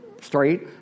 straight